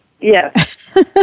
Yes